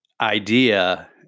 idea